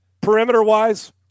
perimeter-wise